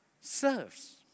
serves